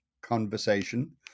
conversation